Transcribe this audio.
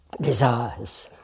desires